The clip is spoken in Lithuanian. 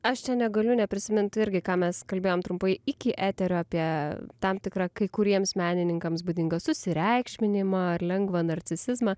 aš čia negaliu neprisiminti irgi ką mes kalbėjom trumpai iki eterio apie tam tikrą kai kuriems menininkams būdingą susireikšminimą ar lengvą narcisizmą